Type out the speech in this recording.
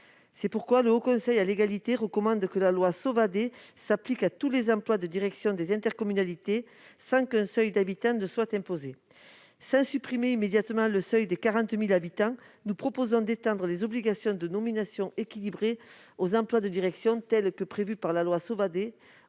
cette raison, le Haut Conseil recommande que la loi Sauvadet s'applique à tous les emplois de direction des intercommunalités, sans qu'un seuil d'habitants soit imposé. Sans supprimer immédiatement le seuil de 40 000 habitants, nous proposons d'étendre l'obligation de nominations équilibrées dans les emplois de direction prévue par la loi Sauvadet